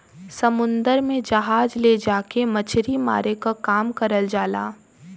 समुन्दर में जहाज ले जाके मछरी मारे क काम करल जाला